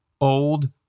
old